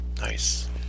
Nice